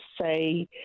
say